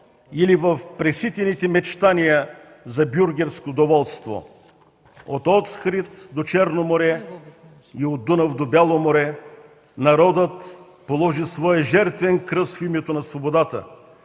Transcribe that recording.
или в преситените мечтания за бюргерско доволство. От Охрид до Черно море и от Дунав до Бяло море народът положи своя жертвен кръст в името на свободата.